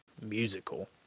musical